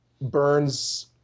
Burns